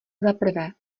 zaprvé